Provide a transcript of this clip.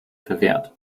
verwehrt